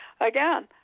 Again